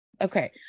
okay